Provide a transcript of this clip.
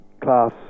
class